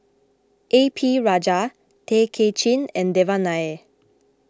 A P Rajah Tay Kay Chin and Devan Nair